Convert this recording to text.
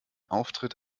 auftritt